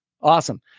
Awesome